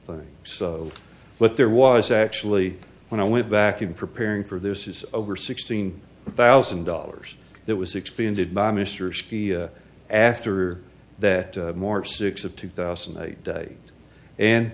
thing but there was actually when i went back in preparing for this is over sixteen thousand dollars that was expended by mr speed after that more six of two thousand a day and